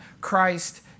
Christ